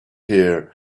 here